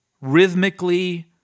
rhythmically